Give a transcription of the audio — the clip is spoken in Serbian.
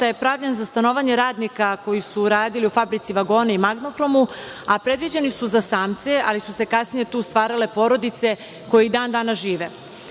je pravljen za stanovanje radnika koji su radili u „Fabrici vagona“ i „Magnohromu“, a predviđeni su za samce, ali su se kasnije tu stvarale porodice koje i dan danas